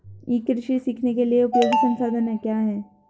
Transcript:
ई कृषि सीखने के लिए उपयोगी संसाधन क्या हैं?